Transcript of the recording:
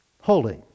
Holy